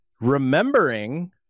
remembering